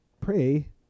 pray